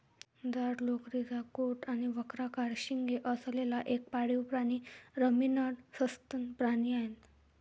जाड लोकरीचा कोट आणि वक्राकार शिंगे असलेला एक पाळीव प्राणी रमिनंट सस्तन प्राणी आहे